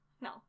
No